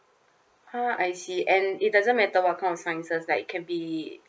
ah I see and it doesn't matter what kind of sciences like it can be